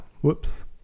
Whoops